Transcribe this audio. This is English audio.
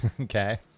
Okay